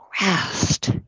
rest